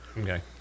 okay